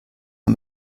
man